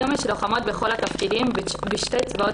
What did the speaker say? היום יש לוחמות בכל התפקידים בשני צבאות